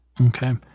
Okay